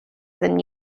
then